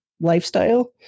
lifestyle